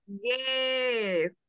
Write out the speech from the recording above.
Yes